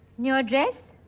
your address?